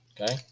Okay